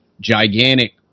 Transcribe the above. gigantic